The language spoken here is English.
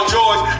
George